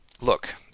look